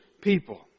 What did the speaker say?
people